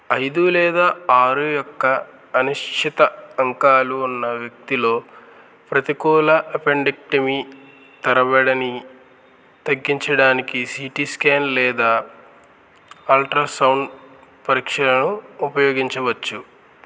ఐదు లేదా ఆరు యొక్క అనిశ్చిత అంకాలు ఉన్న వ్యక్తిలో ప్రతికూల అపెండెక్టిమీ తరబడని తగ్గించడానికి సిటీ స్క్యాన్ లేదా అల్ట్రా సౌండ్ పరీక్షను ఉపయోగించవచ్చు